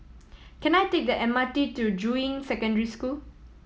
can I take the M R T to Juying Secondary School